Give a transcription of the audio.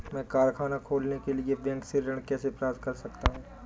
मैं कारखाना खोलने के लिए बैंक से ऋण कैसे प्राप्त कर सकता हूँ?